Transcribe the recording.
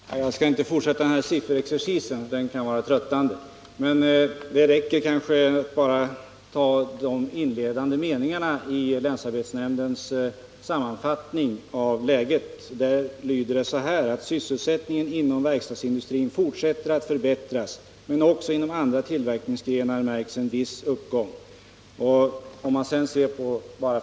Herr talman! Jag skall inte fortsätta den här sifferexercisen, för den kan bli tröttande. Det räcker kanske med att jag citerar de inledande meningarna i länsarbetsnämndens sammanfattning av läget: ”Sysselsättningen inom verkstadsindustrin fortsätter att förbättras men också inom andra tillverkningsgrenar märks en viss uppgång.” Låt mig sedan nämna bara en siffra.